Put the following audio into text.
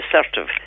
assertive